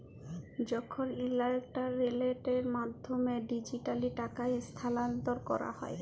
যখল ইলটারলেটের মাধ্যমে ডিজিটালি টাকা স্থালাল্তর ক্যরা হ্যয়